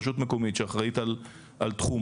רשות מקומית שאחראית על תחומה.